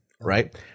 right